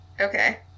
Okay